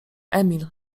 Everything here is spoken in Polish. emil